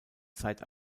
zeit